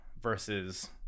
versus